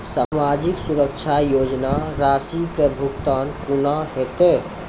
समाजिक सुरक्षा योजना राशिक भुगतान कूना हेतै?